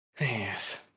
Yes